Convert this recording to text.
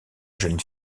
jeune